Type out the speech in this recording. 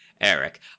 Eric